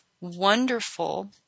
wonderful